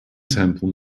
temple